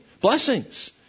blessings